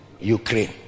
Ukraine